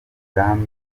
bwami